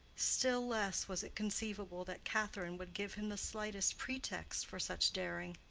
still less was it conceivable that catherine would give him the slightest pretext for such daring.